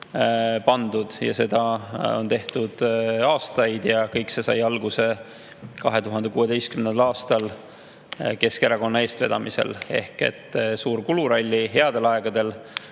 pandud. Ja seda on tehtud aastaid. Kõik see sai alguse 2016. aastal Keskerakonna eestvedamisel. Ehk siis suur kuluralli headel aegadel,